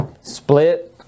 Split